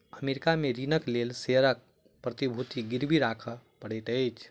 America में ऋणक लेल शेयरक प्रतिभूति गिरवी राखय पड़ैत अछि